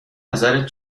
نظرت